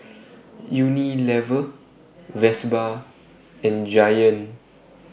Unilever Vespa and Giant